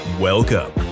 Welcome